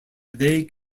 they